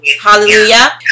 hallelujah